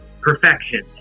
perfection